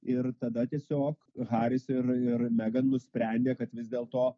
ir tada tiesiog haris ir ir megan nusprendė kad vis dėlto